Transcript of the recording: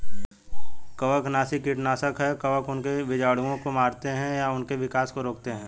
कवकनाशी कीटनाशक है कवक उनके बीजाणुओं को मारते है या उनके विकास को रोकते है